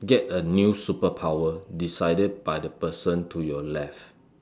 get a new superpower decided by the person to your left